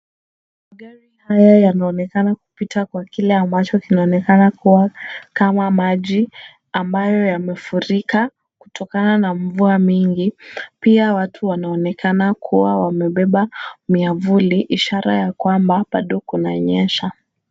Magari haya yanaonekana kupita kwa kile ambacho kinaonekana kuwa kama maji ambayo yamefurika kutokana na mvua mingi. Pia, watu wanaonekana kuwa wamebeba miavuli, ishara ya kwamba bado kuna nyesha.